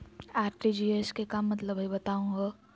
RTGS के का मतलब हई, बताहु हो?